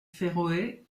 féroé